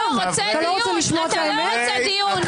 כל כך הקפיץ אותך?